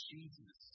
Jesus